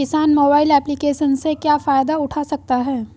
किसान mobile application से क्या फायदा उठा सकता है?